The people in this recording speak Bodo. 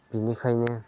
बेनिखायनो